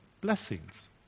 blessings